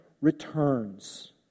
returns